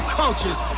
cultures